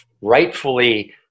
rightfully